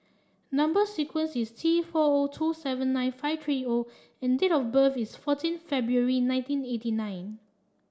number sequence is T four O two seven nine five three O and date of birth is fourteen February nineteen eighty nine